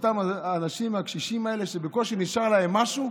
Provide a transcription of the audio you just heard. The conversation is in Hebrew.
אותם קשישים, שבקושי נשאר להם משהו,